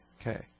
okay